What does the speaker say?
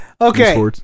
Okay